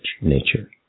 nature